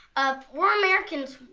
ah we're americans!